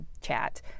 chat